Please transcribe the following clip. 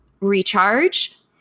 recharge